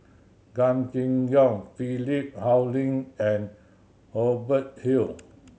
Gan Kim Yong Philip Hoalim and Hubert Hill